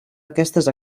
aquestes